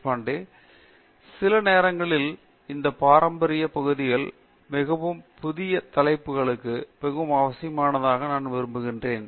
தேஷ்பாண்டே சில நேரங்களில் இந்த பாரம்பரியப் பகுதிகள் மிகவும் புதிய தலைப்பிற்கு மிகவும் அவசியமானவை என்று நான் விரும்பினேன்